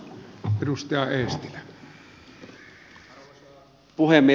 arvoisa puhemies